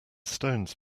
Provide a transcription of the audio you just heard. stones